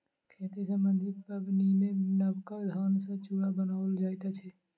खेती सम्बन्धी पाबनिमे नबका धान सॅ चूड़ा बनाओल जाइत अछि